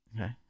Okay